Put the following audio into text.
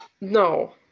no